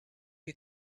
you